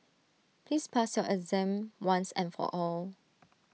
please pass your exam once and for all